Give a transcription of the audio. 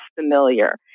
familiar